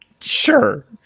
Sure